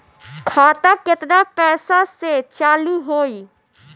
खाता केतना पैसा से चालु होई?